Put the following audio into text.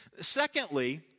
Secondly